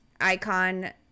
icon